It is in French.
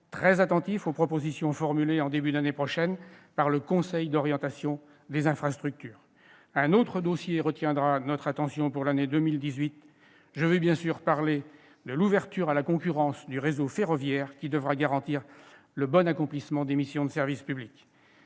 très attentifs aux propositions formulées en début d'année prochaine par le Conseil d'orientation des infrastructures. Un autre dossier retiendra notre attention pour l'année 2018, je veux bien sûr parler de l'ouverture à la concurrence du réseau ferroviaire, qui devra garantir le bon accomplissement des missions de service public.